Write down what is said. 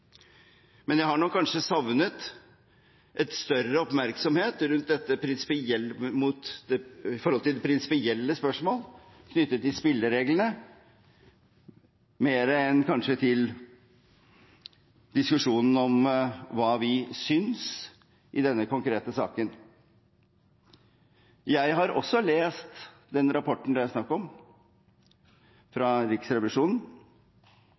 men jeg har nok kanskje savnet en større oppmerksomhet rundt prinsipielle spørsmål knyttet til spillereglene enn til diskusjonen om hva vi synes i denne konkrete saken. Jeg har også lest den rapporten fra Riksrevisjonen det er snakk om,